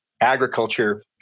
agriculture